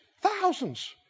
thousands